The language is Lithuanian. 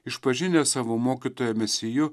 išpažinęs savo mokytoją mesiju